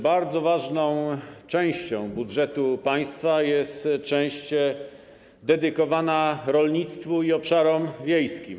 Bardzo ważną częścią budżetu państwa jest część dedykowana rolnictwu i obszarom wiejskim.